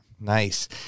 Nice